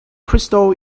crystal